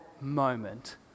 moment